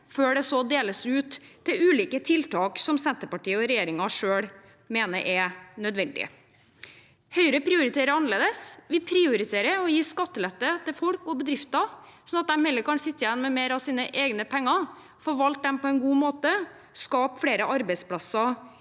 før den deles ut til ulike tiltak som Senterpartiet og regjeringen selv mener er nødvendig. Høyre prioriterer annerledes. Vi prioriterer å gi skattelette til folk og bedrifter, slik at de heller kan sitte igjen med mer av sine egne penger, forvalte dem på en god måte og skape flere arbeidsplasser